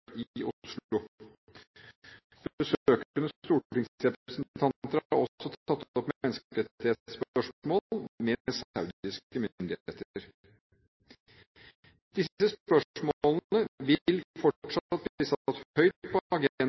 også tatt opp menneskerettighetsspørsmål med saudiske myndigheter. Disse spørsmålene vil fortsatt bli satt høyt på